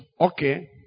Okay